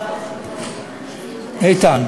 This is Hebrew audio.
הוא לא כל כך בטוח, איתן.